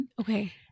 Okay